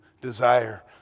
desire